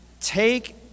take